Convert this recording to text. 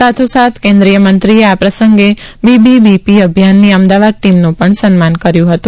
સાથોસાથ કેન્દ્રિય મંત્રીએ આ પ્રસંગે બીબીબીપી અભિયાનની અમદાવાદ ટીમનું પણ સન્માન કર્યું હતું